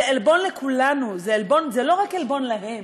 זה עלבון לכולנו, זה לא עלבון רק להם.